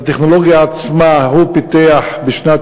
את הטכנולוגיה עצמה הוא פיתח בשנת